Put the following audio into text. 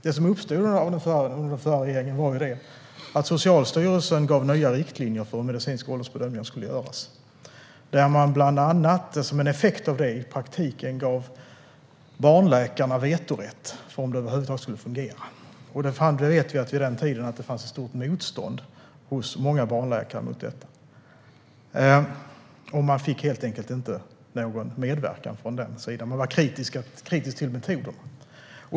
Det som hände under den förra regeringen var att Socialstyrelsen gav nya riktlinjer för hur medicinsk ålderbedömning skulle göras. Som en effekt av det gav man i praktiken barnläkarna vetorätt för om det över huvud taget skulle fungera. Vid den tiden fanns det ett stort motstånd mot detta hos många barnläkare och man fick helt enkelt inte någon medverkan från den sidan som var kritisk till metoderna.